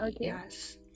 yes